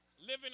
Living